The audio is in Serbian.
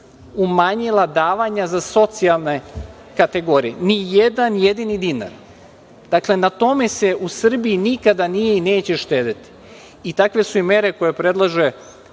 umanjila davanja za socijalne kategorije. Nijedan jedini dinar. Dakle, na tome se u Srbiji nikada nije i neće štedeti. Takve su i mere koje predlaže